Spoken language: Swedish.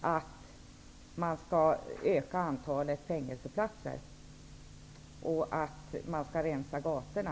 att man skall öka antalet fängelseplatser och att man skall rensa gatorna?